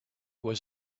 was